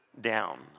down